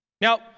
Now